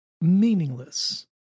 meaningless